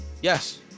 Yes